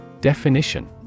Definition